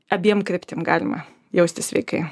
abiem kryptim galima jaustis sveikai